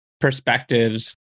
perspectives